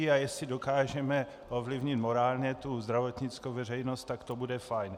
Jestli dokážeme ovlivnit morálně zdravotnickou veřejnost, tak to bude fajn.